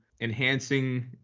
enhancing